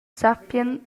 sappien